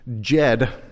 Jed